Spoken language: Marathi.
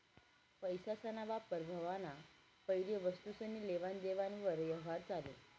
पैसासना वापर व्हवाना पैले वस्तुसनी लेवान देवान वर यवहार चाले